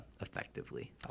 effectively